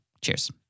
Cheers